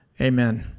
Amen